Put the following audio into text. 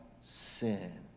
sin